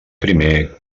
primer